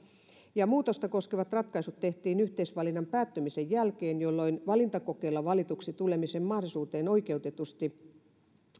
muutosta koskevat ratkaisut tehtiin yhteisvalinnan päättymisen jälkeen jolloin valintakokeella valituksi tulemisen mahdollisuuteen oikeutetusti